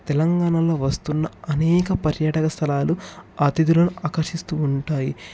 తెలంగాణలో వస్తున్న అనేక పర్యటక స్థలాలు అతిథులను ఆకర్షిస్తూ ఉంటాయి